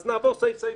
אז נעבור סעיף-סעיף,